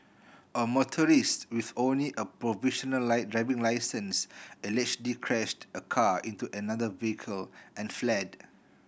a motorist with only a provisional driving licence allegedly crashed a car into another vehicle and fled